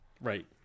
right